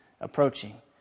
approaching